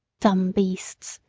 dumb beasts!